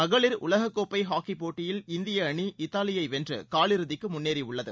மகளிர் உலக கோப்பை ஹாக்கிப் போட்டியில் இந்திய அணி இத்தாவியை வென்று காலிறுதிக்கு முன்னேறியுள்ளது